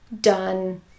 done